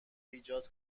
ایجاد